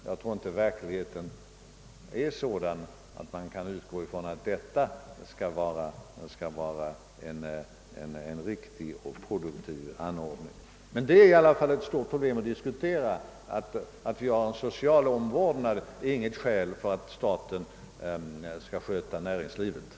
Jag tror inte att verkligheten är sådan att man kan utgå från att detta är en riktig och produktiv ordning, men det är i alla fall ett stort problem att diskutera. Att vi har en social omvårdnad är däremot uppenbart inget skäl för att staten skall dirigera företagen.